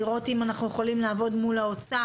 לראות אם אנחנו יכולים לעבוד מול האוצר,